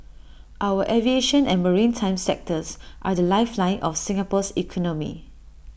our aviation and maritime sectors are the lifeline of Singapore's economy